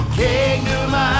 kingdom